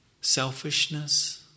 selfishness